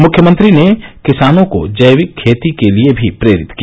मुख्यमंत्री ने किसानों को जैविक खेती के लिए भी प्रेरित किया